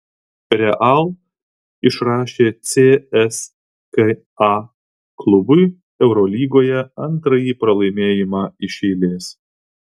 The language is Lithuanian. real išrašė cska klubui eurolygoje antrąjį pralaimėjimą iš eilės